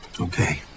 Okay